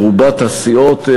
מרובת הסיעות,